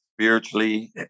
spiritually